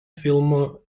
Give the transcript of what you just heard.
filmo